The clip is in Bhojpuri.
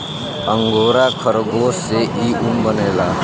अंगोरा खरगोश से इ ऊन बनेला